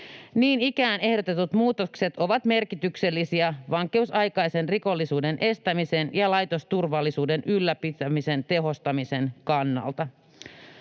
Niin ikään ehdotetut muutokset ovat merkityksellisiä vankeusaikaisen rikollisuuden estämisen ja laitosturvallisuuden ylläpitämisen tehostamisen kannalta.